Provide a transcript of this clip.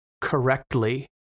correctly